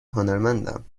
هنرمندم